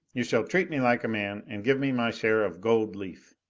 you shall treat me like a man and give me my share of gold leaf.